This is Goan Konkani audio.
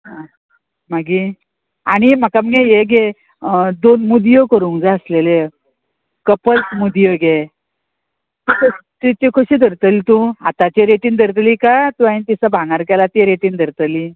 आं मागीर आनी म्हाका मगे हे गे दोन मुदयो करूंक जाय आसलेले कपल्स मुदयो घे त्यो कशी धरतली तूं आतांची रेटीन धरतली काय तूं हांयेन तिसो भांगर केला ती रेटीन धरतली